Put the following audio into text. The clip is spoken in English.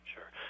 Sure